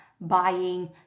buying